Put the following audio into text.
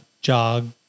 jog